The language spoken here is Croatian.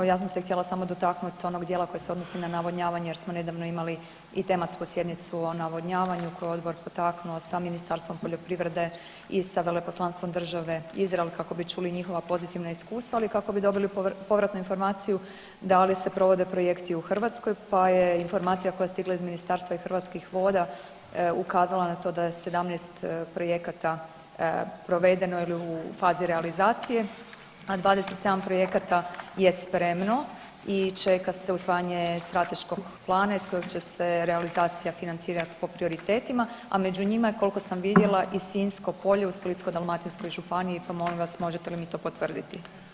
Ja sam se htjela samo dotaknuti onog dijela koji se odnosi na navodnjavanje, jer smo nedavno imali i tematsku sjednicu od navodnjavanju koju je Odbor potaknuo sa Ministarstvom poljoprivrede i sa veleposlanstvom države Izrael, kako bi čuli njihova pozitivna iskustva, ali i kako bi dobili povratnu informaciju da li se provode projekti u Hrvatskoj, pa je informacija koja je stigla iz Ministarstva i Hrvatskih voda ukazala na to da je 17 projekata provedeno ili u fazi realizacije, a 27 projekata je spremno i čeka se usvajanje strateškog plana iz kojeg će se realizacija financirati po prioritetima, a među njima je, koliko sam vidjela, i Sinjsko polje u Splitsko-dalmatinskoj županiji, pa molim vas možete li mi to potvrditi.